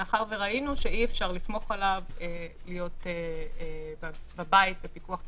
מאחר שראינו שאי-אפשר לסמוך עליו שיהיה בבית בפיקוח טכנולוגי,